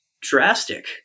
drastic